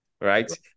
right